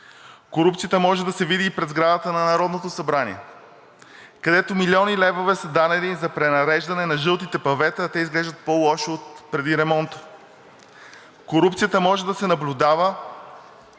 Корупцията може да се види и пред сградата на Народното събрание, където милиони левове са дадени за пренареждане на жълтите павета, а те изглеждат по-лошо отпреди ремонта. Корупцията може да се наблюдава